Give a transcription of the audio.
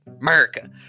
America